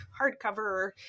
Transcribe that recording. hardcover